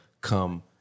come